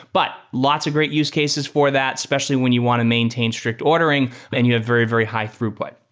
but lots of great use cases for that specially when you want to maintain strict ordering and you have very, very high throughput.